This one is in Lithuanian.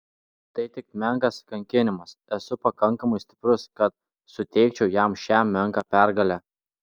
tai tik menkas kankinimas esu pakankamai stiprus kad suteikčiau jam šią menką pergalę